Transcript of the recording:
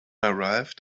arrived